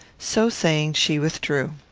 so saying, she withdrew.